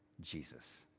Jesus